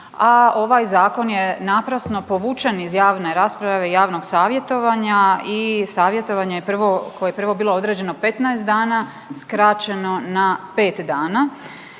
a ovaj zakon je naprasno povučen iz javne rasprave i javnog savjetovanje i savjetovanje koje bilo prvo određeno 15 dana skraćeno na pet dana.